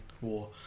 War